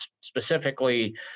specifically